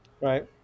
right